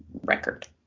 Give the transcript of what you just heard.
record